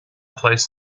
placed